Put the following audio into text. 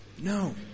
No